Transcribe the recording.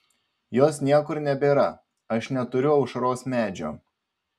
jos niekur nebėra aš neturiu aušros medžio